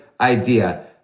idea